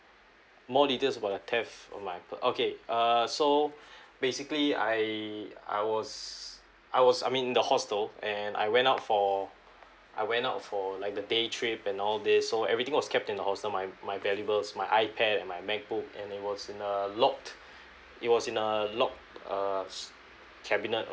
more details about the theft of my per~ okay uh so basically I I was I was I'm in the hostel and I went out for I went out for like the day trip and all these so everything was kept in the hostel my my valuables my ipad and my macbook and it was in a locked it was in a locked uh cabinet or